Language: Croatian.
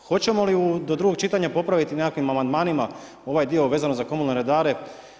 Hoćemo li do drugog čitanja popraviti nekakvim amandmanima ovaj dio vezano za komunalne redare?